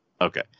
Okay